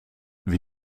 wie